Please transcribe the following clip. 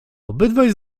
obydwaj